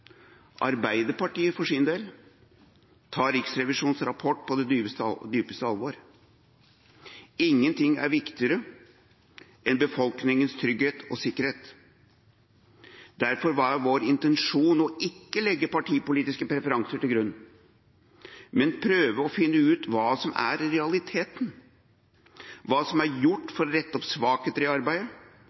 Arbeiderpartiet tar for sin del Riksrevisjonens rapport på det dypeste alvor. Ikke noe er viktigere enn befolkningens trygghet og sikkerhet. Derfor var vår intensjon ikke å legge partipolitiske preferanser til grunn, men prøve å finne ut hva som er realiteten – hva som er gjort for å rette opp svakheter i arbeidet,